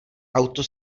auto